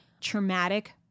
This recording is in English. traumatic